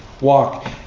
walk